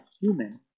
human